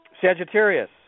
Sagittarius